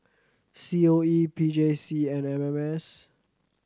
C O E P J C and M M S